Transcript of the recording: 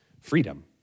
freedom